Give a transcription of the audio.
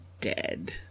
dead